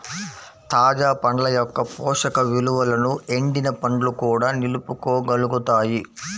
తాజా పండ్ల యొక్క పోషక విలువలను ఎండిన పండ్లు కూడా నిలుపుకోగలుగుతాయి